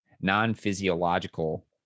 non-physiological